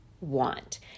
want